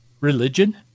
religion